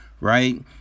right